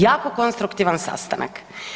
Jako konstruktivan sastanak.